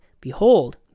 Behold